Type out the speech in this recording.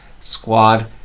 squad